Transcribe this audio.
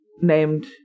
named